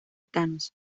thanos